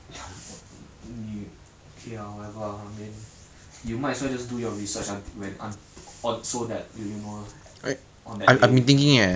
你 okay lah whatever lah then you might as well just do your research until when un~ o~ so that you know on that day